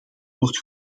wordt